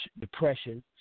Depression